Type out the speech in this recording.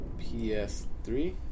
PS3